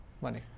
money